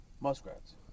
Muskrats